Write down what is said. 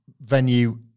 venue